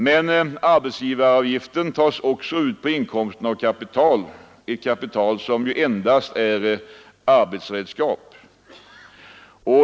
Men arbetsgivaravgiften tas också ut på inkomst av kapital — ett kapital som endast är arbetsredskap.